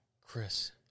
Chris